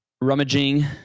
rummaging